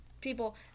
people